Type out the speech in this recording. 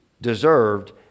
deserved